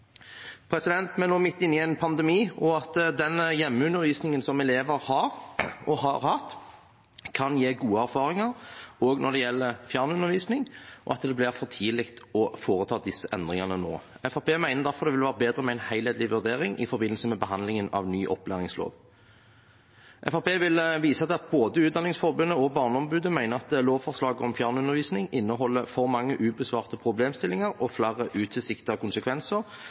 midt inne i en pandemi, og den hjemmeundervisningen som elever har og har hatt, kan gi gode erfaringer, også når det gjelder fjernundervisning. Det blir for tidlig å foreta disse endringene nå. Fremskrittspartiet mener derfor det vil være bedre med en helhetlig vurdering i forbindelse med behandlingen av ny opplæringslov. Fremskrittspartiet vil vise til at både Utdanningsforbundet og Barneombudet mener at lovforslaget om fjernundervisning inneholder for mange ubesvarte problemstillinger og flere utilsiktede konsekvenser